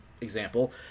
example